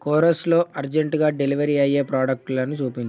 కోరెస్లో అర్జెంట్గా డెలివరీ అయ్యే ప్రాడక్టులని చూపించు